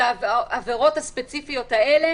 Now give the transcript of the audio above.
שבעבירות הספציפיות האלה